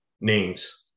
names